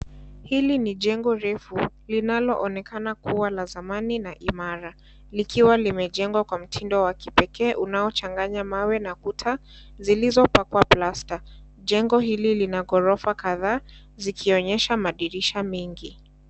Hili ni jengo refu linaloonekana kuwa la zamani na imara likiwa limejengwa kwa mtindo wa kipekee unaochanganya mawe na kuta zilizopakwa plasta, jengo hili lina ghorofa kadhaa zikionyesha madirisha mengi.